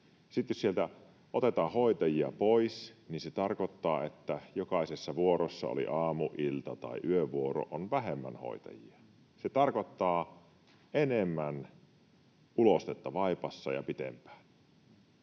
sitten jos sieltä otetaan hoitajia pois, niin se tarkoittaa, että jokaisessa vuorossa — oli aamu-, ilta- tai yövuoro — on vähemmän hoitajia. Se tarkoittaa enemmän ulostetta vaipassa ja pitempään.